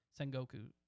Sengoku